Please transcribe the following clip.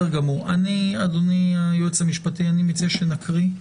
אדוני היועץ המשפטי, אני מציע שנקריא.